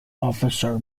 officer